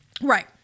Right